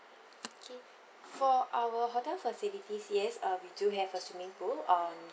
okay for our hotel facilities yes uh we do have a swimming pool um